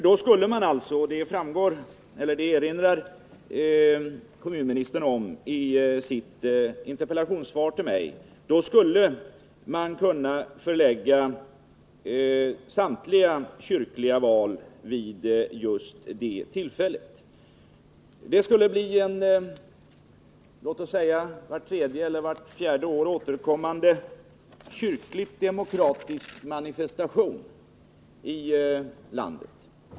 Då skulle man alltså, som kommunministern erinrade om i sitt interpellationssvar, kunna förlägga samtliga kyrkliga val till just det tillfället. Det skulle innebära en vart tredje eller vart fjärde år återkommande kyrklig demokratisk manifestation i det här landet.